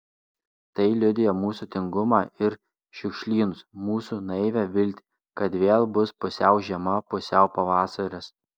tai liudija mūsų tingumą ir šiukšlynus mūsų naivią viltį kad vėl bus pusiau žiema pusiau pavasaris